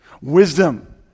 Wisdom